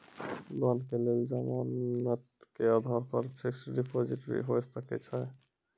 Loan के लेल जमानत के आधार पर फिक्स्ड डिपोजिट भी होय सके छै?